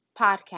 podcast